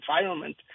environment